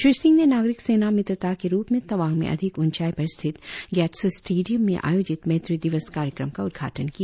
श्री सिंह ने नागरिक सेना मित्रता के रुप में तवांग में अधिक ऊंचाई पर स्थित गाएत्सो स्टेडियम में आयोजित मैत्री दिवस कार्यक्रम का उद्घाटन किया